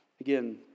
Again